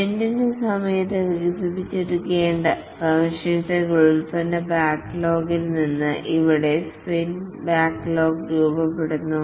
sprint സമയത്ത് വികസിപ്പിച്ചെടുക്കേണ്ട സവിശേഷതകൾ പ്രോഡക്ട് ബാക്ക് ലോഗിൽ നിന്ന് ഇവിടെ സ്പ്രിന്റ് ബാക്ക്ലോഗ് രൂപപ്പെടുന്നു